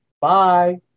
Bye